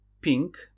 pink